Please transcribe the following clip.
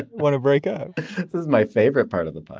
want to break up is my favorite part of the but